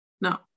No